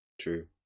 True